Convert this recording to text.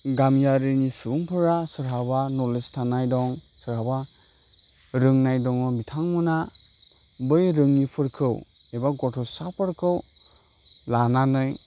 गामियारिनि सुबुंफोरा सोरहाबा नलेज थानाय दं सोरहाबा रोंनाय दङ बिथांमोना बै रोङिफोरखौ एबा गथ'सा फोरखौ लानानै